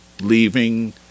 leaving